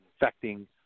affecting